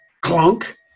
clunk